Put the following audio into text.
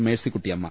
Mercykuttyamma